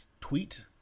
Tweet